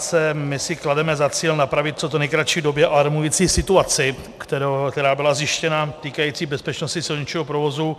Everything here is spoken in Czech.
My si klademe za cíl napravit v co nejkratší době alarmující situaci, která byla zjištěna, týkající bezpečnosti silničního provozu.